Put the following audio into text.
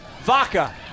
Vaca